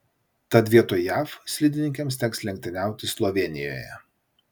tad vietoj jav slidininkėms teks lenktyniauti slovėnijoje